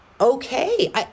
okay